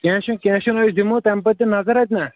کیٚنٛہہ چھُنہٕ کیٚنٛہہ چھُنہٕ أسۍ دِمو تَمہِ پَتہٕ تہِ نظر اَتہِ نا